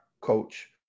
coach